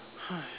hi